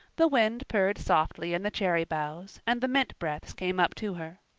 the wind purred softly in the cherry boughs, and the mint breaths came up to her.